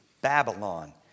Babylon